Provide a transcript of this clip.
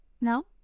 No